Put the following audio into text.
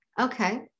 Okay